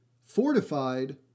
fortified